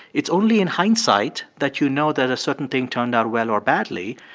it's only in hindsight that you know that a certain thing turned out well or badly.